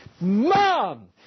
Mom